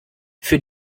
für